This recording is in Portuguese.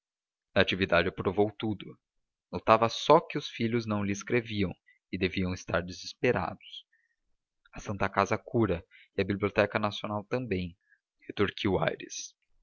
natividade aprovou tudo notava só que os filhos não lhe escreviam e deviam estar desesperados a santa casa cura e a biblioteca nacional também retorquiu aires